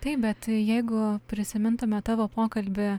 taip bet jeigu prisimintume tavo pokalbį